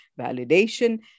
validation